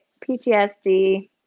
PTSD